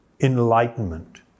enlightenment